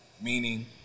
meaning